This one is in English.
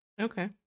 Okay